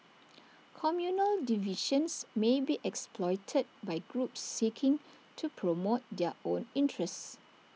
communal divisions may be exploited by groups seeking to promote their own interests